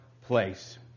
place